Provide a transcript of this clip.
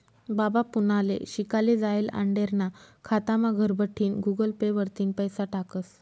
बाबा पुनाले शिकाले जायेल आंडेरना खातामा घरबठीन गुगल पे वरतीन पैसा टाकस